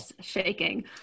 shaking